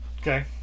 Okay